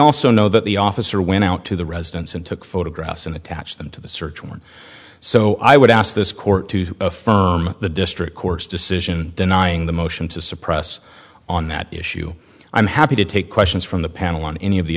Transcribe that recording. also know that the officer went out to the residence and took photographs and attach them to the search warrant so i would ask this court to affirm the district court's decision denying the motion to suppress on that issue i'm happy to take questions from the panel on any of the